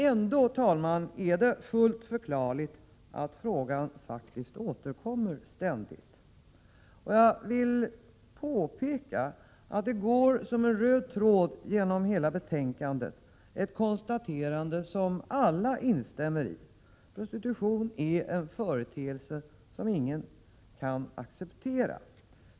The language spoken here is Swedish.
Ändå är det fullt förklarligt att frågan ständigt återkommer. Jag vill påpeka att det går som en röd tråd genom hela betänkandet ett konstaterande som alla instämmer i: prostitution är en företeelse som ingen kan acceptera.